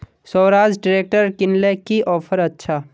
Swaraj tractor किनले की offer अच्छा?